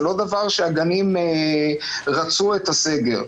זה לא דבר שהגנים רצו את הסגר.